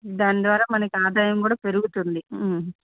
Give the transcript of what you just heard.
దాని ద్వారా మనకు ఆదాయం కూడా పెరుగుతుంది